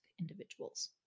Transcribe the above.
individuals